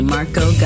Marco